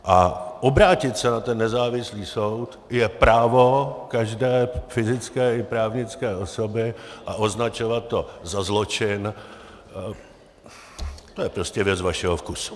A obrátit se na ten nezávislý soud je právo každé fyzické i právnické osoby a označovat to za zločin, to je prostě věc vašeho vkusu.